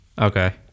Okay